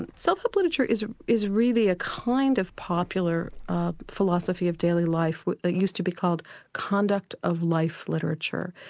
and self-help literature is is really a kind of popular philosophy of daily life, it used to be called conduct of life literature,